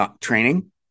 training